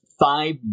five